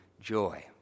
joy